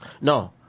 No